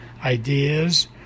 ideas